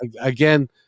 again